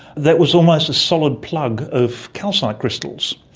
that was almost a solid plug of calcite crystals.